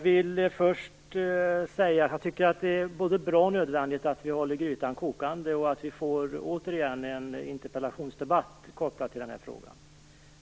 Herr talman! Det är både bra och nödvändigt att vi håller grytan kokande och att vi återigen får en interpellationsdebatt kopplad till den här frågan.